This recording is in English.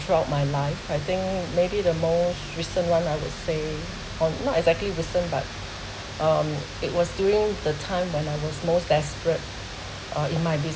throughout my life I think maybe the most recent one I would say um not exactly recent but um it was during the time when I was most desperate uh in my business